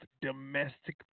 domestic